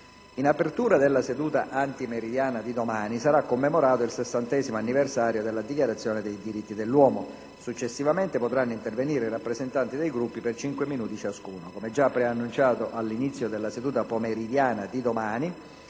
In apertura della seduta antimeridiana di domani sarà commemorato il 60° anniversario della Dichiarazione dei diritti dell'uomo. Successivamente potranno intervenire i rappresentanti dei Gruppi per cinque minuti ciascuno. Come già preannunciato, all'inizio della seduta pomeridiana di domani